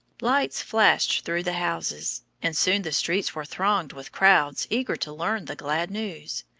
lights flashed through the houses, and soon the streets were thronged with crowds eager to learn the glad news.